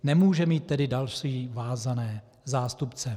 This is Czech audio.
Nemůže mít tedy další vázané zástupce.